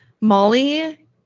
Molly